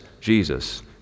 Jesus